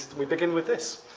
we begin with this.